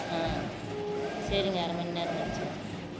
ஆ சரிங்க அரை மணிநேரம் கழிச்சி வரேங்க